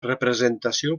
representació